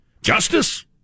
Justice